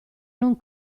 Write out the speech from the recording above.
non